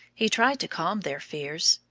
he tried to calm their fears.